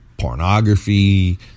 Pornography